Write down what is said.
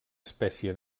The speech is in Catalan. espècie